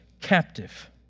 captive